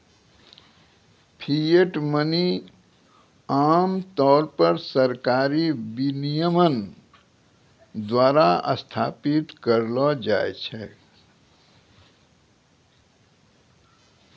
fiat money आम तौर पर सरकारी विनियमन द्वारा स्थापित करलो जाय छै